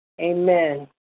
Amen